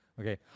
Okay